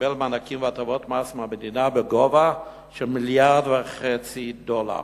קיבל מענקים והטבות מס מהמדינה בגובה של מיליארד וחצי דולר